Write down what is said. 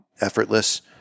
effortless